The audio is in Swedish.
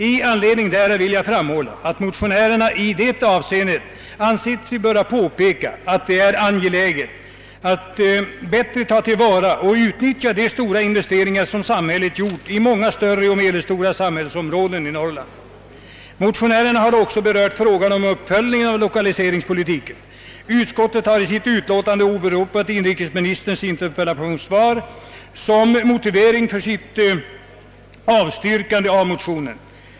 I anledning därav vill jag framhålla att motionärerna ansett sig böra påpeka, att det är angeläget att bättre ta till vara och utnyttja de stora inve steringar som samhället gjort på många större och medelstora orter i Norrland. Motionärerna har också berört frågan om uppföljningen av lokaliseringspolitiken. Utskottet har i sitt utlåtande åberopat inrikesministerns interpellationssvar som motivering för sitt avstyrkande av motionen.